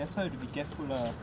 that's why you got to be careful lah